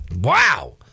wow